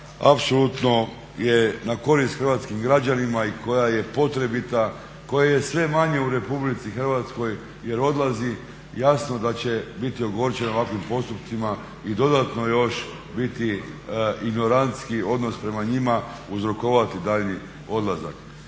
apsolutno je na korist hrvatskim građanima i koja je potrebita, koje je sve manje u Republici Hrvatskoj jer odlazi, jasno da će biti ogorčena ovakvih postupcima i dodatno još biti ignorantski odnos prema njima, uzrokovati daljnji odlazak.